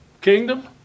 Kingdom